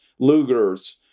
Lugers